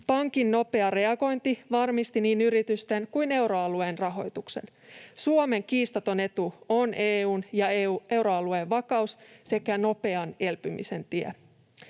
Pankin nopea reagointi varmisti niin yritysten kuin euroalueen rahoituksen. Suomen kiistaton etu on EU:n ja euroalueen vakaus sekä nopean elpymisen tie.